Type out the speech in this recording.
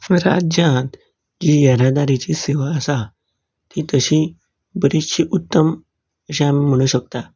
राज्यांत ही येरादारीची सेवा आसा ती तशी बरिचशी उत्तम अशें आमी म्हणूंक शकतात